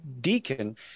deacon